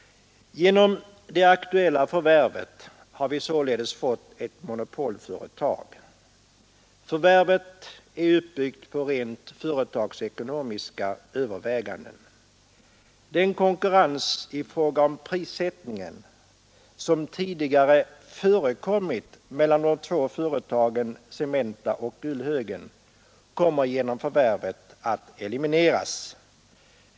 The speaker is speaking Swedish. Genom det aktuella förvärvet har vi således fått ett monopolföretag. Förvärvet är uppbyggt på rent företagsekonomiska överväganden. Den konkurrens i fråga om prissättningen som tidigare förekommit mellan de två företagen Cementa och Gullhögen kommer genom förvärvet att elimineras.